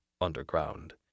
underground